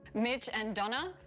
mitch and donna,